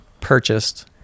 purchased